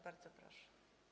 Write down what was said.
Bardzo proszę.